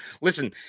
Listen